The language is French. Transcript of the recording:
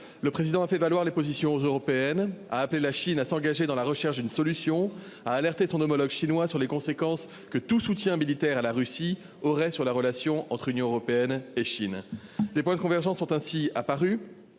République a fait valoir les positions européennes, a appelé la Chine à s'engager dans la recherche d'une solution et a alerté son homologue chinois sur les conséquences que tout soutien militaire à la Russie aurait sur la relation entre Union européenne et Chine. Des points de convergence sont ainsi apparus